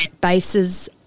bases